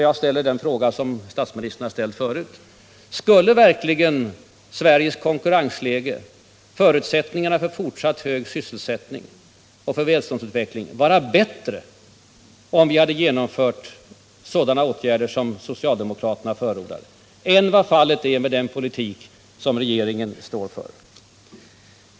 Jag ställer samma fråga som statsministern har ställt förut: Skulle verkligen Sveriges konkurrensläge och förutsättningarna för fortsatt hög sysselsättning och för välståndsutvecklingen vara bättre, om vi hade genomfört de åtgärder som socialdemokraterna förordar, än vad fallet är med den politik som regeringen står för?